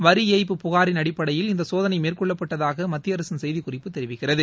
வரி ஏய்ப்பு புகாரின் அடிப்படையில் இந்த சோதனை மேற்கொள்ளப்பட்டதாக மத்திய அரசின் செய்திக்குறிப்பு தெரிவிக்கிறது